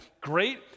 great